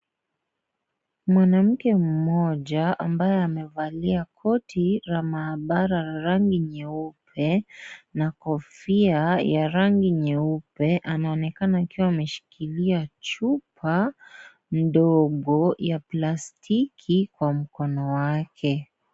Mwanamke mmoja ambaye amevalia koti la mahabara la rangi nyeupe na kofia ya rangi nyeupe anaonekana akiwa ameshikilia chupa ndogo ya plastiki kwa mkono wake.